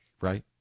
right